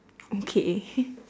okay